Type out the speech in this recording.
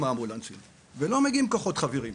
האמבולנסים ולא מגיעים כוחות חבירים.